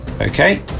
okay